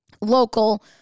Local